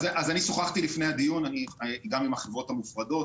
אני שוחחתי לפני הדיון גם עם החברות המופרדות.